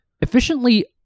efficiently